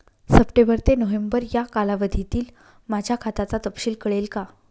September ते November या कालावधीतील माझ्या खात्याचा तपशील कळेल का?